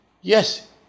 Yes